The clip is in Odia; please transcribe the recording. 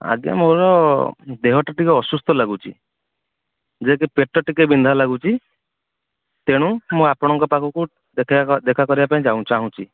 ଆଜ୍ଞା ମୋର ଦେହଟା ଟିକେ ଅସୁସ୍ଥ ଲାଗୁଛି ଯେ କି ପେଟ ଟିକେ ବିନ୍ଧା ଲାଗୁଛି ତେଣୁ ମୁଁ ଆପଣଙ୍କ ପାଖକୁ ଦେଖାଇବା ଦେଖାକରିବା ପାଇଁ ଚାହୁଁଛି